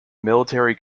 military